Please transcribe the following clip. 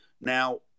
Now